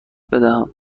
بدهم